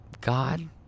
God